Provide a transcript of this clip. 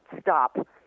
stop